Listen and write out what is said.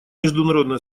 международное